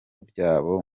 byabo